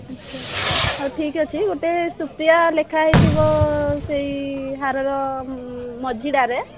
ଆଚ୍ଛା ହଉ ଠିକ୍ ଅଛି ଗୋଟେ ସୁପ୍ରିୟା ଲେଖାହୋଇଥିବ ସେହି ହାରର ମଝିଟାରେ